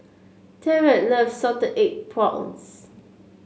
Tyrek loves Salted Egg Prawns